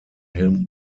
helmut